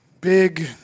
big